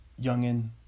youngin